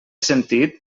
sentit